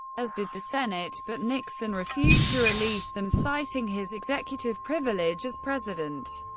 as did the senate, but nixon refused to release them, citing his executive privilege as president,